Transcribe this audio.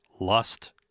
lust